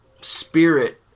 spirit